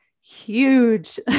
huge